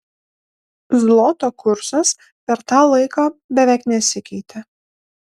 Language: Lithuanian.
zloto kursas per tą laiką beveik nesikeitė